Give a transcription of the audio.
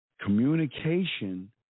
Communication